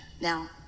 Now